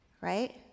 right